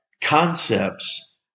concepts